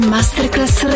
Masterclass